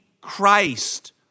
Christ